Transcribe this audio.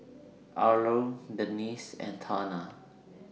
Arlo Denisse and Tana